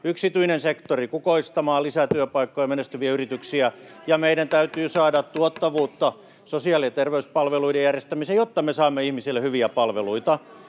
yksityinen sektori kukoistamaan, lisää työpaikkoja, menestyviä yrityksiä ja meidän täytyy saada tuottavuutta sosiaali- ja terveyspalveluiden järjestämiseen, jotta me saamme ihmisille hyviä palveluita